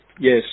yes